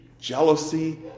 jealousy